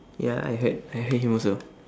ya I heard I heard him also